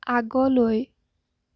আগলৈ